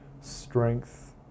strength